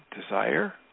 desire